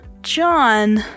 John